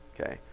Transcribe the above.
Okay